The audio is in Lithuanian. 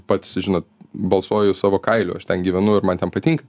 pats žino balsuoju savo kailiu aš ten gyvenu ir man ten patink